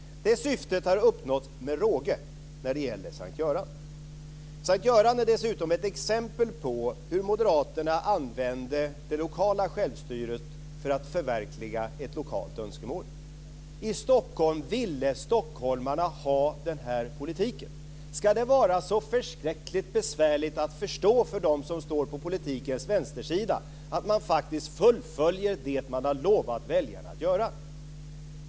Det syftet har uppnåtts med råge när det gäller S:t Göran är dessutom ett exempel på hur Moderaterna använde det lokala självstyret för att förverkliga ett lokalt önskemål. I Stockholm ville stockholmarna ha den här politiken. Ska det vara så förskräckligt besvärligt att förstå för dem som står på politikens vänstersida att man faktiskt fullföljer det man har lovat väljarna att göra?